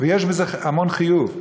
ויש בזה המון חיוב.